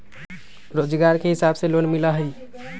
रोजगार के हिसाब से लोन मिलहई?